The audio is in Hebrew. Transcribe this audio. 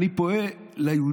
אני פונה ליהודים